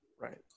Right